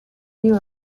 knew